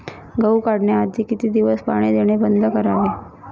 गहू काढण्याआधी किती दिवस पाणी देणे बंद करावे?